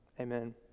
amen